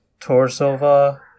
Torsova